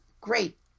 great